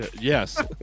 yes